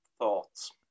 thoughts